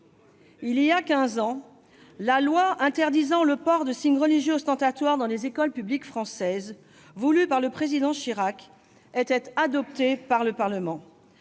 quinze ans, la loi interdisant le port de signes religieux ostentatoires dans les écoles publiques françaises, voulue par le président Chirac, était adoptée par le Parlement.